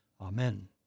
Amen